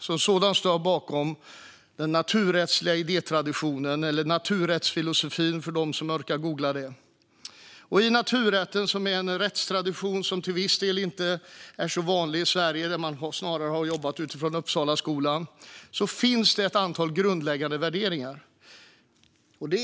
Som sådan står jag bakom den naturrättsliga idétraditionen, eller naturrättsfilosofin, för dem som orkar googla det. I naturrätten, en rättstradition som till viss del inte är så vanlig i Sverige, där man snarare har jobbat utifrån Uppsalaskolan, finns det ett antal grundläggande värderingar.